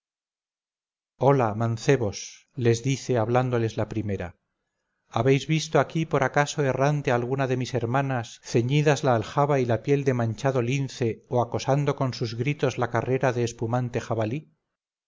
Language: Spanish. hola mancebos les dice hablándoles la primera habéis visto aquí por acaso errante alguna de mis hermanas ceñidas la aljaba y la piel de manchado lince o acosando con sus gritos la carrera de espumante jabalí